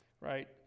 right